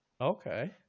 okay